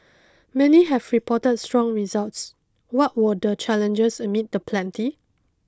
many have reported strong results what were the challenges amid the plenty